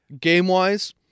game-wise